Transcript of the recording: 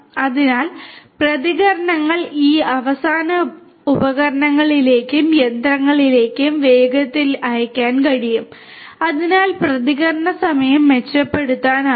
അതിനാൽ പ്രതികരണങ്ങൾ ഈ അവസാന ഉപകരണങ്ങളിലേക്കും യന്ത്രങ്ങളിലേക്കും വേഗത്തിൽ അയയ്ക്കാൻ കഴിയും അതിനാൽ പ്രതികരണ സമയം മെച്ചപ്പെടുത്താനാകും